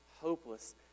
hopeless